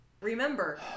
Remember